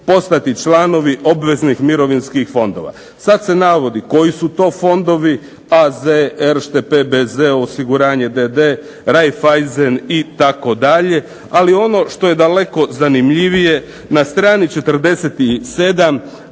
postati članovi obveznih mirovinskih fondova. Sad se navodi koji su to fondovi AZ, Erste, PBZ, osiguranje d.d., Raiffaisen itd., ali ono što je daleko zanimljivije na strani 47